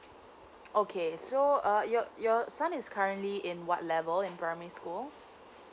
okay so uh your your son is currently in what level in primary school